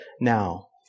now